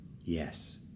Yes